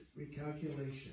recalculation